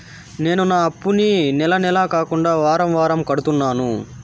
నేను నా అప్పుని నెల నెల కాకుండా వారం వారం కడుతున్నాను